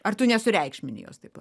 ar tu nesureikšmini jos taip